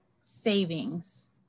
savings